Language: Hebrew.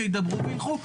שידברו וילכו,